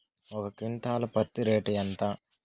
ఒక క్వింటాలు పత్తి రేటు ఎంత?